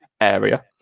area